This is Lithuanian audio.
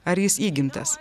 ar jis įgimtas